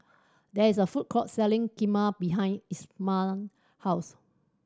there is a food court selling Kheema behind Isham house